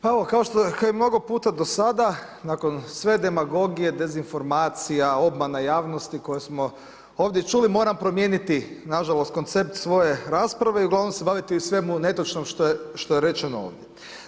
Pa evo kao što je i mnogo puta do sada, nakon sve demagogije, dezinformacija, obmana javnosti koje smo ovdje čuli moram promijeniti nažalost koncept svoje rasprave i uglavnom se baviti svemu netočnom što je rečeno ovdje.